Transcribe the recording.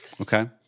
Okay